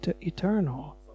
eternal